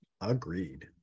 Agreed